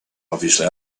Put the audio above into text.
obviously